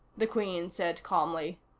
the queen said calmly.